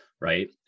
right